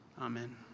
Amen